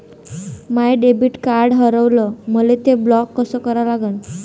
माय debit card हारवलं, मले ते ब्लॉक कस करा लागन?